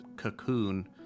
cocoon